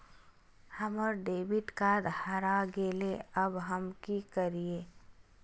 हमर debit card हरा गेले अब हम की करिये?